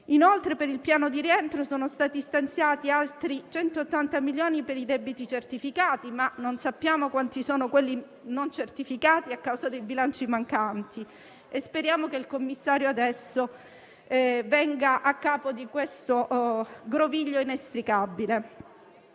Inoltre, per il piano di rientro sono stati stanziati altri 180 milioni per i debiti certificati, ma non so quanti sono quelli non certificati a causa dei bilanci mancanti e speriamo che il commissario adesso venga a capo di questo groviglio inestricabile.